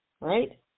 right